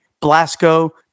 Blasco